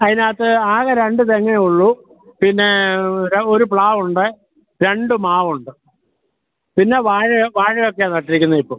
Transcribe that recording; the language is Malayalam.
അതിനകത്ത് ആകെ രണ്ട് തെങ്ങേ ഉള്ളൂ പിന്നെ ര് ഒരു പ്ലാവുണ്ട് രണ്ട് മാവുണ്ട് പിന്നെ വാഴയൊ വാഴയൊക്കെയാണ് നട്ടിരിക്കുന്നത് ഇപ്പോൾ